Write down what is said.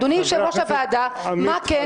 אדוני יושב-ראש הוועדה, מה כן.